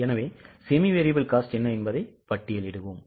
எனவே semi variable cost என்ன என்பதை பட்டியலிடுவோம்